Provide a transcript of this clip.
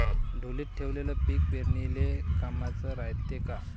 ढोलीत ठेवलेलं पीक पेरनीले कामाचं रायते का?